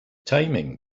timing